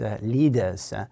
leaders